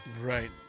Right